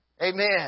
Amen